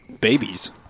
babies